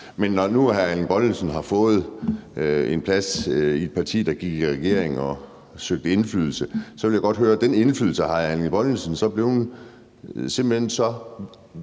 Men når nu hr. Erling Bonnesen har fået en plads i et parti, der gik i regering og søgte indflydelse, så vil jeg godt høre: Har den indflydelse betydet, at hr. Erling Bonnesen simpelt hen er